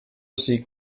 ziek